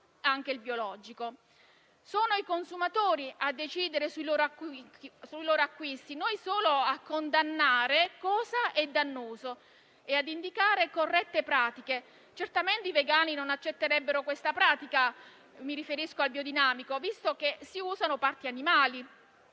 Sono i consumatori a decidere sui loro acquisti, noi condanniamo soltanto cosa è dannoso e indichiamo corrette pratiche. Certamente i vegani non accetterebbero questa pratica, il biodinamico, visto che si usano parti animali.